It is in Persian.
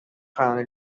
خنده